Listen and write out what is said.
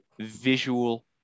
visual